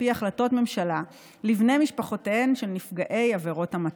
פי החלטות ממשלה לבני משפחותיהם של נפגעי עבירות המתה.